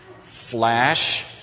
FLASH